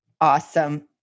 Awesome